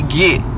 get